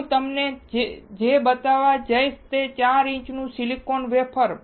હું તમને જે બતાવવા જઈશ તે છે આ 4 ઇંચનું સિલિકોન વેફર